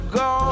go